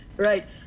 Right